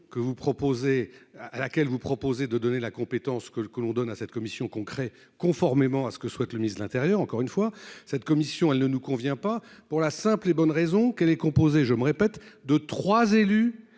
à laquelle vous proposez de donner la compétence que le, que l'on donne à cette commission concret conformément à ce que souhaite le ministre de l'Intérieur. Encore une fois cette commission, elle ne nous convient pas pour la simple et bonne raison qu'elle est composée je me répète deux 3 élus